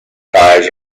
ties